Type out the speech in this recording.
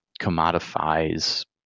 commodifies